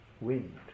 wind